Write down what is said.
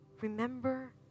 Remember